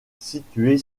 située